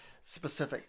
specific